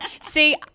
see